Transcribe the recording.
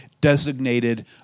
designated